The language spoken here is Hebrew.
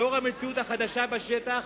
לאור המציאות החדשה בשטח,